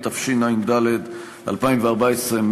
התשע"ד 2014,